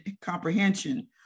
comprehension